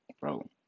Bro